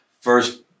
first